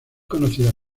conocida